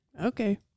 okay